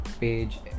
page